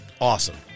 awesome